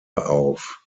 auf